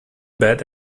bed